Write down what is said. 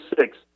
six